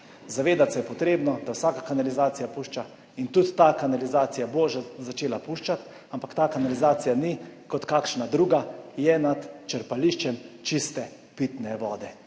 Zavedati se je treba, da vsaka kanalizacija pušča in tudi ta kanalizacija bo začela puščati. Ampak ta kanalizacija ni kot kakšna druga, je nad črpališčem čiste pitne vode.